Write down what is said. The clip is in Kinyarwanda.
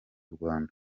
rwanda